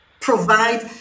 provide